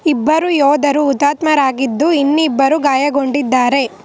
ಇಬ್ಬರು ಯೋಧರು ಹುತಾತ್ಮರಾಗಿದ್ದು ಇನ್ನಿಬ್ಬರು ಗಾಯಗೊಂಡಿದ್ದಾರೆ